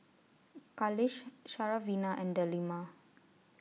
Khalish Syarafina and Delima